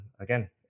again